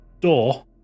door